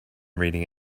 reading